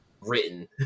written